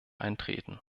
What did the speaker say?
eintreten